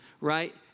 right